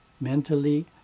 mentally